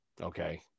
Okay